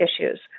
issues